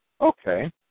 Okay